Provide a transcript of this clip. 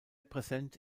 präsent